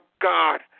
God